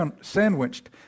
sandwiched